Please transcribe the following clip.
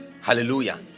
hallelujah